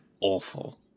awful